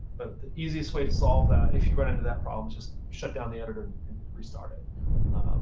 but the easiest way to solve that if you run into that problem, is just shut down the editor and restart it.